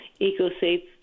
EcoSafe